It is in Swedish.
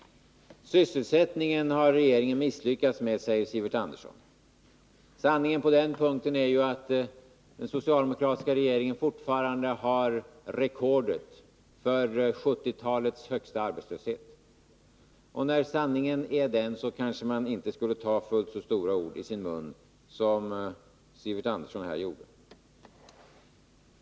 Sysselsättningen har regeringen misslyckats med, säger Sivert Andersson. Sanningen på den punkten är att den socialdemokratiska regeringen fortfarande har rekordet för 1970-talets arbetslöshet. När sanningen är sådan kanske man inte skulle ta fullt så stora ord i sin mun som Sivert Andersson här gjorde.